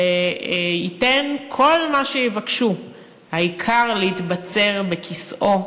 שייתן כל מה שיבקשו העיקר להתבצר בכיסאו,